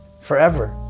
forever